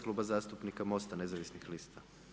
Kluba zastupnika Mosta nezavisnih lista.